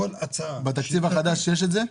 בתקציב החדש יש את זה?